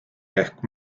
ehk